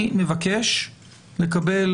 אני מבקש לקבל